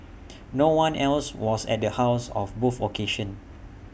no one else was at the house of both occasions